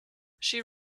she